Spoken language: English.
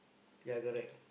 yea correct